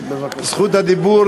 זכות הדיבור